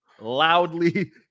loudly